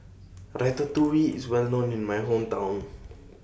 Ratatouille IS Well known in My Hometown